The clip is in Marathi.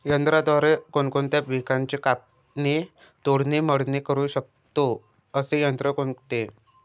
यंत्राद्वारे कोणकोणत्या पिकांची कापणी, तोडणी, मळणी करु शकतो, असे यंत्र कोणते?